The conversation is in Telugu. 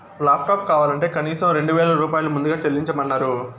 లాప్టాప్ కావాలంటే కనీసం రెండు వేల రూపాయలు ముందుగా చెల్లించమన్నరు